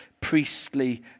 priestly